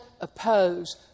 oppose